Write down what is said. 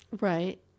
Right